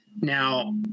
now